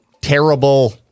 terrible